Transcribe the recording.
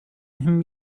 him